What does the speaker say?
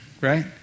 right